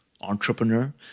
entrepreneur